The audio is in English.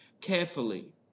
carefully